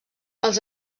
els